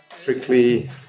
strictly